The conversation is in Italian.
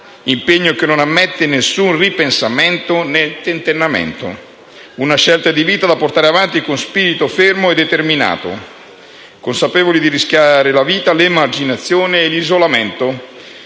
impegno che non ammette nessun ripensamento né tentennamento, una scelta di vita da portare avanti con spirito fermo e determinato, consapevoli di rischiare la vita, l'emarginazione e l'isolamento.